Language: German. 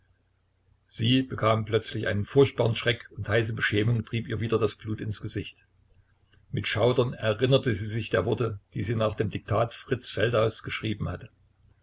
sie bekam plötzlich einen furchtbaren schreck und heiße beschämung trieb ihr wieder das blut ins gesicht mit schaudern erinnerte sie sich der worte die sie nach dem diktat fritz feldaus geschrieben hatte